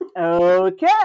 Okay